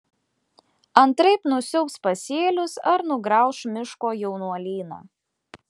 antraip nusiaubs pasėlius ar nugrauš miško jaunuolyną